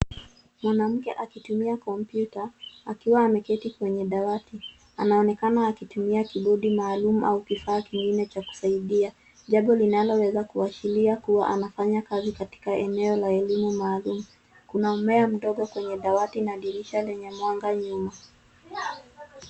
Mwanamke akitumia kompyuta, akiwa ameketi kwenye dawati. Anaonekana akitumia kidude maalum au kifaa kingine cha kusaidia, jambo linaloweza kuashiria kuwa anafanya kazi katika eneo la elimu maalum. Kuna mmea mdogo kwenye dawati na dirisha lenye mwanga nyuma.